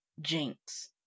Jinx